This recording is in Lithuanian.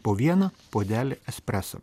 po vieną puodelį espreso